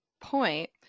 point